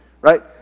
right